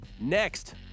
Next